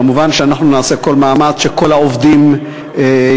כמובן שאנחנו נעשה כל מאמץ שכל העובדים יישארו.